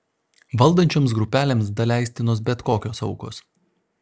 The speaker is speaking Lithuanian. valdančioms grupelėms daleistinos bet kokios aukos